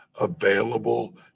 available